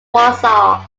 warsaw